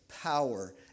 power